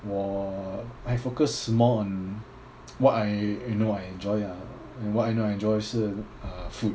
我 I focus more on what I you know I enjoy ah what I know I enjoy 是 food